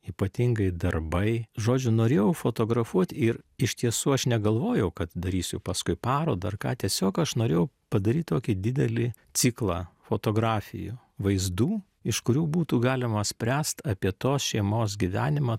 ypatingai darbai žodžiu norėjau fotografuot ir iš tiesų aš negalvojau kad darysiu paskui parodą ar ką tiesiog aš norėjau padaryt tokį didelį ciklą fotografijų vaizdų iš kurių būtų galima spręst apie tos šeimos gyvenimą